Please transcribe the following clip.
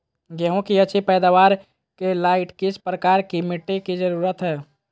गेंहू की अच्छी पैदाबार के लाइट किस प्रकार की मिटटी की जरुरत है?